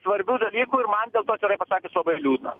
svarbių dalykų ir man dėl to atvirai pasakius labai liūdna